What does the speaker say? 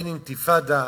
אין אינתיפאדה,